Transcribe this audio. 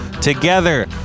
Together